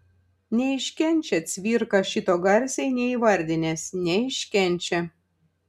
neiškenčia cvirka šito garsiai neįvardinęs neiškenčia